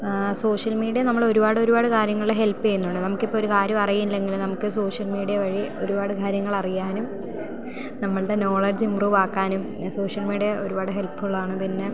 ആ social media നമ്മൾ ഒരുപാടൊരുപാട് കാര്യങ്ങളിൽ ഹെൽപ്പ് ചെയ്യുന്നുണ്ട് നമുക്കിപ്പോൾ ഒരു കാര്യം അറിയില്ലെങ്കിൽ നമുക്ക് സോഷ്യൽ മീഡിയ വഴി ഒരുപാട് കാര്യങ്ങളറിയാനും നമ്മളുടെ നോളഡ്ജ് ഇമ്പ്രൂവാക്കാനും സോഷ്യൽ മീഡിയ ഒരുപാട് ഹെൽപ്ഫുള്ളാണ് പിന്നെ